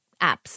apps